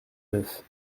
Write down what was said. neuf